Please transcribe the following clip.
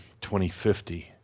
2050